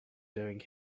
doing